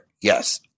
Yes